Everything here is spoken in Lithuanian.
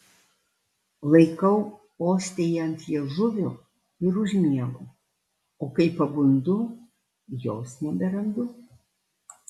laikau ostiją ant liežuvio ir užmiegu o kai pabundu jos neberandu